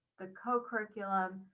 the co curriculum,